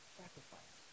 sacrifice